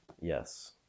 Yes